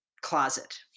closet